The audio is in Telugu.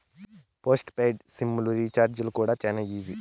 పోస్ట్ పెయిడ్ సిమ్ లు రీచార్జీ కూడా శానా ఈజీ